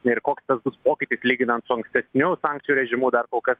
ir koks svarbus pokytis lyginant su ankstesniu sankcijų režimu dar o kad